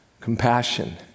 compassion